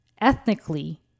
Ethnically